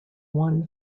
won